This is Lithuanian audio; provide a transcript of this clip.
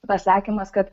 pasakymas kad